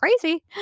crazy